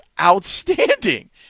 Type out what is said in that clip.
outstanding